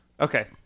okay